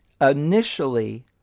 Initially